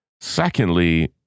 Secondly